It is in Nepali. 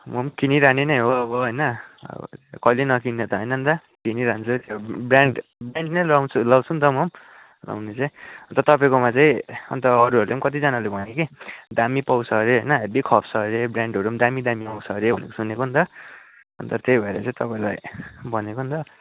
म पनि किनिरहने नै हो होइन अब कहिल्यै नकिन्ने त होइन नि त किनिरहन्छु ब्रान्ड ब्रान्ड नै लाउँछु लगाउँछु नि त म पनि लाउनु चाहिँ अन्त तपाईँकोमा चाहिँ अन्त अरूहरू पनि कतिजनाले भन्यो कि दामी पाउछ हरे होइन हेभी खप्छ अरे ब्रान्डहरू पनि दामी दामी आउँछ अरे भनेर सुनेको नि त त्यो तपाईँलाई भनेको नि त